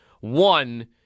One